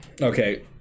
Okay